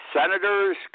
senators